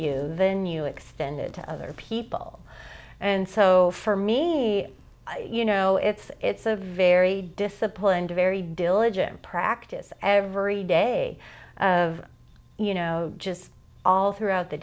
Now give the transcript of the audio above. you then you extended to other people and so for me you know it's it's a very disciplined very diligent practice every day of you know just all throughout the